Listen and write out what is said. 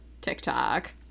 TikTok